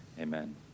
amen